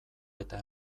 eta